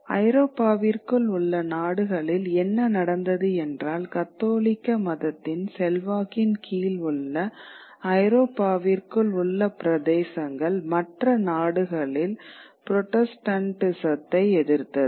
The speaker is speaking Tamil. ஐரோப்பாவிற்குள் உள்ள நாடுகளில் என்ன நடந்தது என்றால் கத்தோலிக்க மதத்தின் செல்வாக்கின் கீழ் உள்ள ஐரோப்பாவிற்குள் உள்ள பிரதேசங்கள் மற்ற நாடுகளில் புராட்டஸ்டன்டிசத்தை எதிர்த்தது